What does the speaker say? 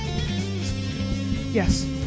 Yes